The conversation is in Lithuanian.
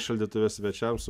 šaldytuve svečiams